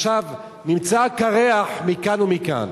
עכשיו נמצא קירח מכאן ומכאן.